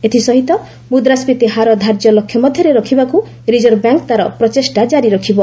ଏଥିସହିତ ମୁଦ୍ରାସ୍କିତୀ ହାର ଧାର୍ଯ୍ୟ ଲକ୍ଷ୍ୟ ମଧ୍ୟରେ ରଖିବାକୁ ରିଜର୍ଭ ବ୍ୟାଙ୍କ ତା'ର ପ୍ରଚେଷ୍ଟା ଜାରି ରଖିବ